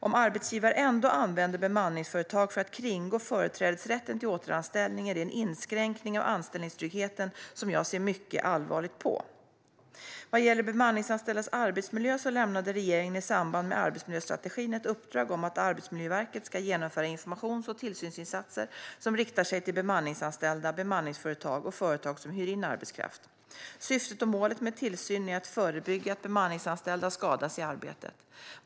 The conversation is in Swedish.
Om arbetsgivare ändå använder bemanningsföretag för att kringgå företrädesrätten till återanställning är det en inskränkning av anställningstryggheten som jag ser mycket allvarligt på. Vad gäller bemanningsanställdas arbetsmiljö lämnade regeringen i samband med arbetsmiljöstrategin ett uppdrag om att Arbetsmiljöverket ska genomföra informations och tillsynsinsatser som riktar sig till bemanningsanställda, bemanningsföretag och företag som hyr in arbetskraft. Syftet och målet med tillsynen är att förebygga att bemanningsanställda skadas i arbetet.